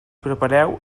prepareu